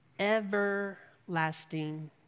everlasting